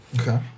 Okay